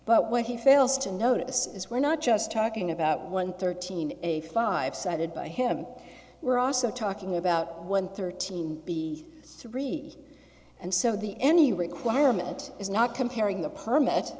but what he fails to notice is we're not just talking about one thirteen a five cited by him we're also talking about one thirteen b three and so the any requirement is not comparing the permit